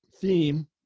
theme